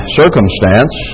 circumstance